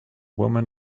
woman